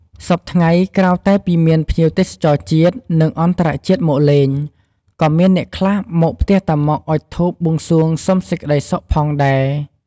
សព្វថ្ងៃ ក្រៅតែពីមានភ្ញៀវទេសចរជាតិ និង អន្តរជាតិមកលេង ក៏មានអ្នកខ្លះមកផ្ទះតាម៉ុកអុជធូបបួងសួងសុំសេចក្ដីសុខផងដែរ។